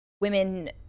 women